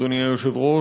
אדוני היושב-ראש,